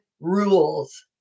rules